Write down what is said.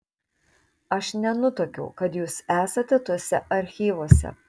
aš nenutuokiau kad jūs esate tuose archyvuose